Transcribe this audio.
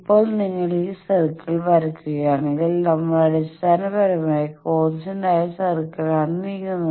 ഇപ്പോൾ നിങ്ങൾ ഈ സർക്കിൾ വരയ്ക്കുകയാണെങ്കിൽ നമ്മൾ അടിസ്ഥാനപരമായി കോൺസ്റ്റന്റായ VSWR സർക്കിളിലാണ് നീങ്ങുന്നത്